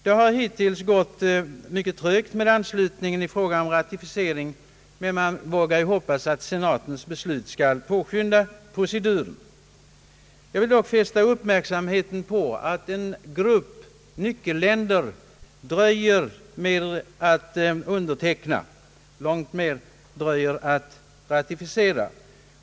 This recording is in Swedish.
Det har hittills gått trögt med anslutningen i fråga om ratificering, men man vågar hoppas att senatens beslut skall påskynda proceduren. Jag vill dock fästa uppmärksamheten på att en grupp nyckelländer dröjer med att underteckna, och än mer med att ratificera.